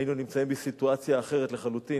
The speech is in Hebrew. היינו נמצאים בסיטואציה אחרת לחלוטין,